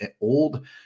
old